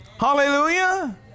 Hallelujah